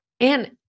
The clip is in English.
And-